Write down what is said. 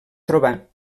trobar